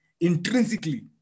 intrinsically